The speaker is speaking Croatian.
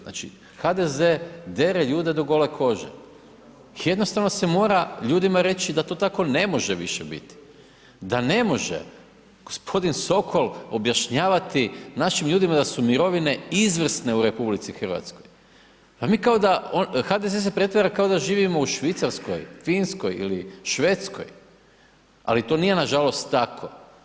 Znači HDZ dere ljude do gole kože, jednostavno se mora ljudima reći da to tako ne može biti, da ne može gospodin Sokol objašnjavati našim ljudima da su mirovine izvrsne u Republici Hrvatskoj, pa mi kao da, HDZ se pretvara kao da živimo u Švicarskoj, Finskoj ili Švedskoj, ali to nije nažalost tako.